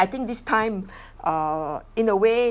I think this time err in a way